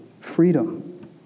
freedom